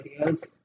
ideas